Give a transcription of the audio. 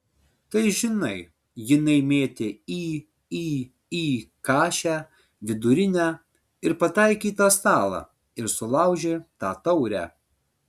tai žinai jinai mėtė į į į kašę vidurinę ir pataikė į tą stalą ir sulaužė tą taurę